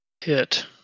hit